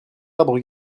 arbre